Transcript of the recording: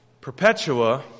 Perpetua